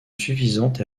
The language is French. suffisante